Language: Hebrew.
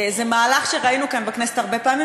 זה מהלך שראינו כאן בכנסת הרבה פעמים,